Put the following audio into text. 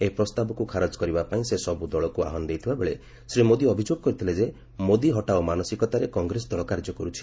ଏହି ପ୍ରସ୍ତାବକୁ ଖାରଜ କରିବା ପାଇଁ ସେ ସବୁ ଦଳକୁ ଆହ୍ପାନ ଦେଇଥିବାବେଳେ ଶ୍ରୀ ମୋଦି ଅଭିଯୋଗ କରିଥିଲେ ଯେ ମୋଦି ହଟାଓ ମାନସିକତାରେ କଟ୍ରେସ ଦଳ କାର୍ଯ୍ୟ କରୁଛି